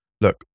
look